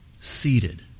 Seated